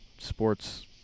Sports